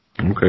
Okay